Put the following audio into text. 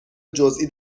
جزئی